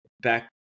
back